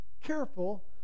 careful